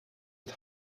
het